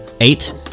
Eight